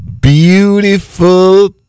beautiful